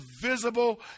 visible